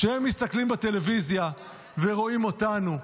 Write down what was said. כשהם מסתכלים בטלוויזיה ורואים אותנו,